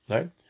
Right